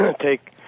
take